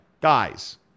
Guys